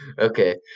Okay